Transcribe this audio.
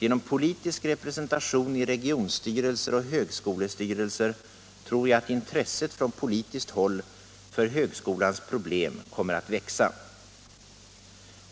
Genom politisk representation i regionstyrelser och högskolestyrelser tror jag att intresset från politiskt håll för högskolans problem kommer att växa.